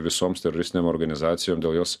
visoms teroristinėm organizacijom ir dėl jos